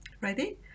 Ready